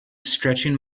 stretching